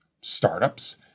startups